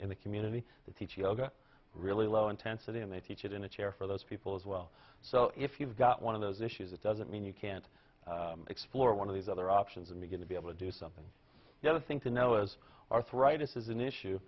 in the community that teach yoga really low intensity and they teach it in a chair for those people as well so if you've got one of those issues it doesn't mean you can't explore one of these other options and begin to be able to do something the other thing to know as arthritis is an issue